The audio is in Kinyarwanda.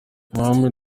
mohamed